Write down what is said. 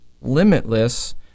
limitless